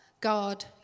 God